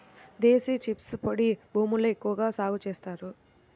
దేశీ chickpeas పొడి భూముల్లో ఎక్కువగా సాగు చేస్తారు